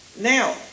now